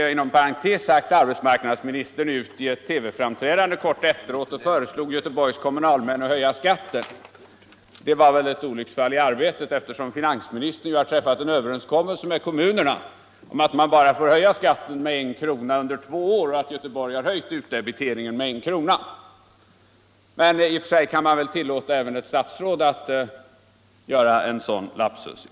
Inom parentes sagt föreslog arbetsmarknadsministern i ett TV-program kort därefter Göteborgs kommunalmän att höja skatten. Det var väl ett olycksfall i arbetet, eftersom finansministern ju har träffat en överenskommelse med kommunerna att dessa får höja skatten bara med en krona under två år. Göteborg har höjt debiteringen med en krona. Men i och för sig kan man väl tillåta även ett statsråd att ibland göra en sådan lapsus.